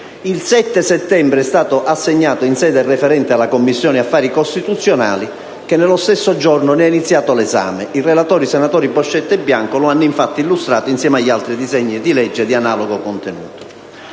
Il 7 settembre è stato assegnato in sede referente alla Commissione affari costituzionali che, nello stesso giorno, ne ha iniziato l'esame. I relatori, senatori Boscetto e Bianco, lo hanno infatti illustrato insieme agli altri disegni di legge di analogo contenuto.